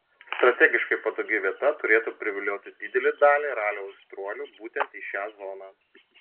strategiškai patogi vieta turėtų privilioti didelę dalį ralio aistruolių būtent į šią zoną